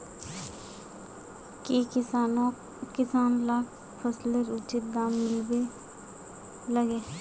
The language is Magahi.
की किसान लाक फसलेर उचित दाम मिलबे लगे?